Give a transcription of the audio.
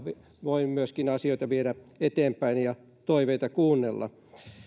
voi myöskin asioita viedä eteenpäin ja toiveita kuunnella